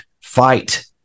fight